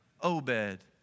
Obed